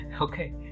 okay